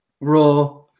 Raw